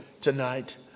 tonight